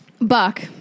buck